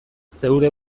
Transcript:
zeure